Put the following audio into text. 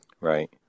Right